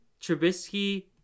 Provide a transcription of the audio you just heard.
trubisky